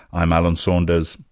i'm alan saunders.